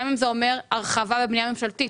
גם אם זה אומר הרחבה בבנייה ממשלתית,